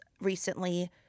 recently